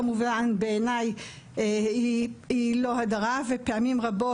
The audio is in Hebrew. כמובן בעיניי היא לא הדרה ופעמים רבות